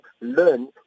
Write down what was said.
learn